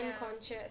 unconscious